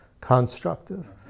constructive